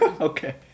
Okay